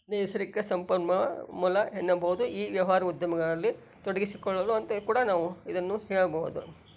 ನೈಸರ್ಗಿಕ ಸಂಪನ್ಮೂಲ ಮೂಲ ಎನ್ನಬಹುದು ಈ ವ್ಯವ್ಹಾರ ಉದ್ಯಮಗಳಲ್ಲಿ ತೊಡಗಿಸಿಕೊಳ್ಳಲು ಅಂತ ಕೂಡ ನಾವು ಇದನ್ನು ಹೇಳಬಹುದು